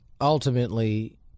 ultimately